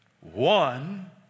one